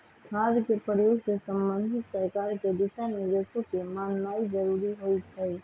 खाद के प्रयोग से संबंधित सरकार के दिशा निर्देशों के माननाइ जरूरी होइ छइ